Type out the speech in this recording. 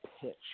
pitch